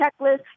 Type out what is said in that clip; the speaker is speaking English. checklist